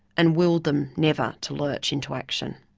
and willedthem never to lurch into action.